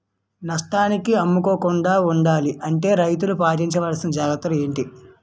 నష్టానికి అమ్ముకోకుండా ఉండాలి అంటే రైతులు పాటించవలిసిన జాగ్రత్తలు ఏంటి